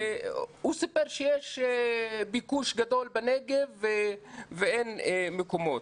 הוא סיפר שיש ביקוש גדול בנגב ואין מקומות.